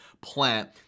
plant